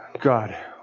God